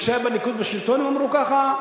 וכשהיה הליכוד בשלטון הם אמרו ככה,